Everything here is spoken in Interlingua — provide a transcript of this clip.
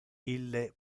ille